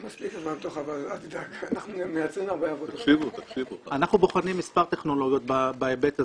אנחנו בוחנים מספר טכנולוגיות בהיבט הזה.